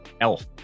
elf